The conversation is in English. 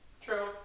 true